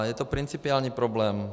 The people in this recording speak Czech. Je to principiální problém.